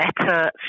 better